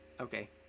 okay